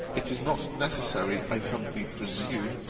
it is not necessary, i humbly presume,